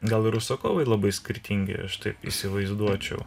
gal ir užsakovai labai skirtingi aš taip įsivaizduočiau